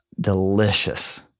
delicious